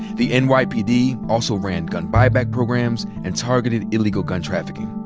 the and nypd also ran gun buyback programs and targeted illegal gun trafficking.